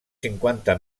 cinquanta